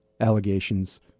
allegations